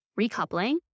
recoupling